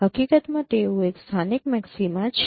હકીકતમાં તેઓ એક સ્થાનિક મેક્સિમા છે